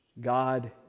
God